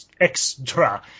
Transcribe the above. extra